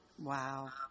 Wow